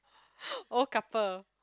old couple